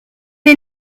est